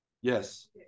Yes